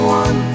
one